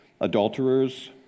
Adulterers